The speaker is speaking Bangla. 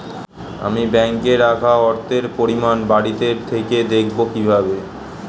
আমি ব্যাঙ্কে রাখা অর্থের পরিমাণ বাড়িতে থেকে দেখব কীভাবে?